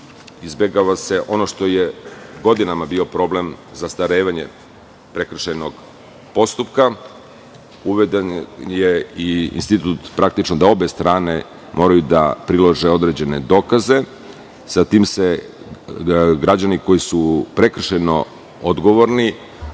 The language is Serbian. Izbegava se ono što je godinama bio problem zastarevanja prekršajnog postupka, uveden je i institut, praktično da obe strane moraju da prilože određene dokaze, sa tim se građani koji su prekršajno odgovorni